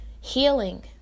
healing